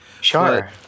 Sure